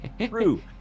true